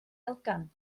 elgan